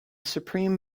supreme